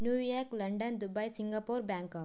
New York London Dubai Singapore Bangkok